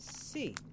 see